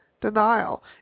denial